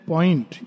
Point